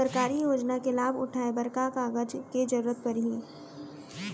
सरकारी योजना के लाभ उठाए बर का का कागज के जरूरत परही